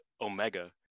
Omega